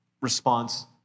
response